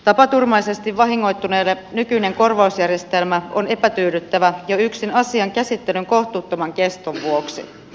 tapaturmaisesti vahingoittuneelle nykyinen korvausjärjestelmä on epätyydyttävä jo yksin asian käsittelyn kohtuuttoman keston vuoksi